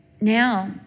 Now